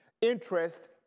interest